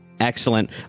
Excellent